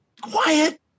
quiet